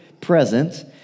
present